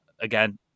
Again